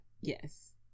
Yes